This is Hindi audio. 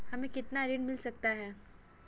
हमें कितना ऋण मिल सकता है?